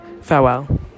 Farewell